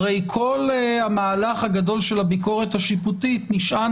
הרי כל המהלך הגדול של הביקורת השיפוטית נשען